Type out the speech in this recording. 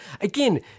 again